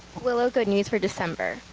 willow good news for december.